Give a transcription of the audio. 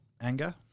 anger